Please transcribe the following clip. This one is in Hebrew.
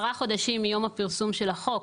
כעשרה חודשים מיום הפרסום של החוק,